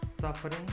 suffering